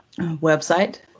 website